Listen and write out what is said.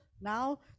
now